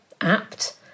apt